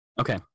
Okay